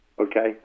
Okay